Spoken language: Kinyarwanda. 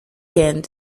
end